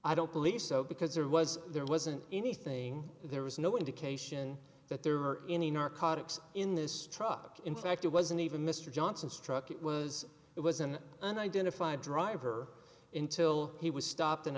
i don't believe so because there was there wasn't anything there was no indication that there are any narcotics in this truck in fact it wasn't even mr johnson's truck it was it was an unidentified driver intil he was stopped